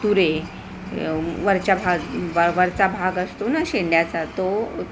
तुरे वरच्या भाग व वरचा भाग असतो ना शेंड्याचा तो